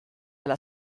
alla